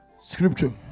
Scripture